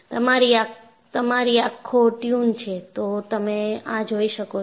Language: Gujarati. જો તમારી આંખો ટ્યુન છે તો તમે આ જોઈ શકો છો